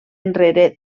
enrere